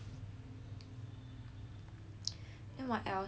what else err ya lor